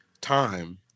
time